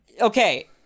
Okay